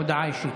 הודעה אישית.